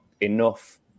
enough